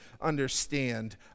understand